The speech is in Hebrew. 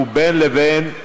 ובין לבין,